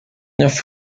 años